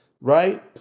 right